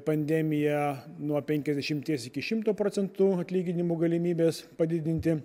pandemija nuo penkiasdešimties iki šimto procentų atlyginimų galimybės padidinti